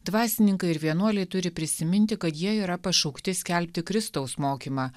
dvasininkai ir vienuoliai turi prisiminti kad jie yra pašaukti skelbti kristaus mokymą